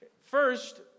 First